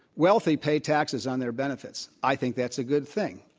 wealthy pay taxes on their benefits. i think that's a good thing.